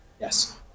Yes